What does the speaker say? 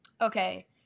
Okay